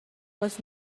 was